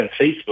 Facebook